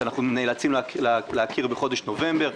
שאנחנו נאלצים להכיר בחודש נובמבר.